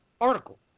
article